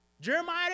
Jeremiah